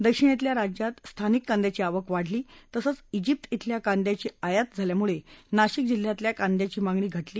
दक्षिणेतल्या राज्यात स्थानिक कांद्याची आवक वाढली तसंच जिप्त अल्या कांद्याची आयात झाल्यानं नाशिक जिल्ह्यातल्या कांद्याची मागणी घटली